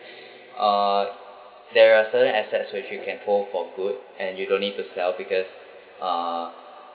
uh there are certain assets which you can hold for good and you don't need to sell because uh